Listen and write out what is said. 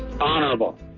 honorable